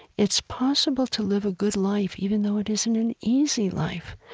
it's possible to live a good life even though it isn't an easy life.